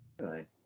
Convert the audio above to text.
Right